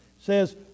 says